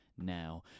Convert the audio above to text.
Now